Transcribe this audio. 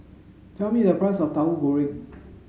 tell me the price of Tauhu Goreng